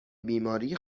بیماری